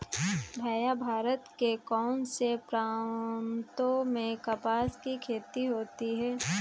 भैया भारत के कौन से प्रांतों में कपास की खेती होती है?